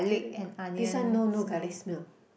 garlic this one no no garlic smell